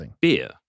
beer